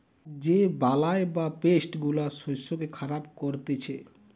যে বালাই বা পেস্ট গুলা শস্যকে খারাপ করতিছে